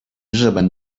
日本